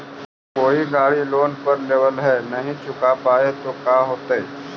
कोई गाड़ी लोन पर लेबल है नही चुका पाए तो का होतई?